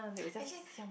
as in